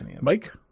Mike